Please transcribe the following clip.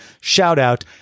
shout-out